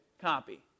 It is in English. copy